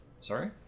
sorry